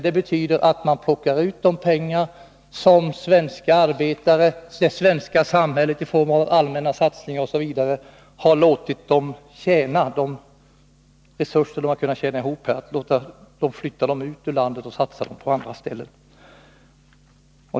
Det betyder att de plockar ut de pengar som svenska arbetare och det svenska samhället genom allmänna satsningar har låtit dem tjäna, de resurser de har kunnat tjäna ihop, och satsar dem på andra ställen.